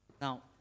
Now